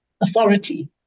authority